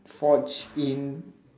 such in